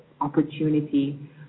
opportunity